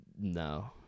No